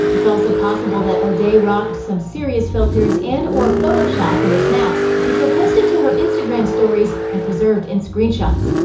it's also possible that o'day rocked some serious filters and or photoshop in her snaps, which were posted to her instagram stories and preserved in screenshots.